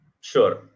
Sure